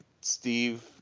Steve